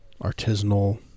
artisanal